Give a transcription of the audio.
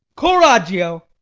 coragio!